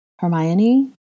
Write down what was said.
Hermione